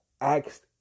asked